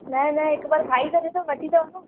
न न हिकु बार खाई त ॾिसो वठी त वञो